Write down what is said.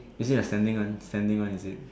is it a standing one standing one is it